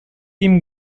ihm